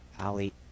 ali